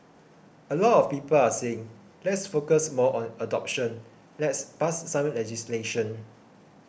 a lot of people are saying let's focus more on adoption let's pass some legislation